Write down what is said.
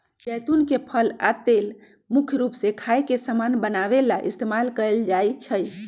जैतुन के फल आ तेल मुख्य रूप से खाए के समान बनावे ला इस्तेमाल कएल जाई छई